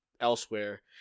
elsewhere